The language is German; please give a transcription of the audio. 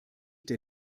der